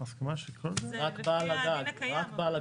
רק בעל הגג.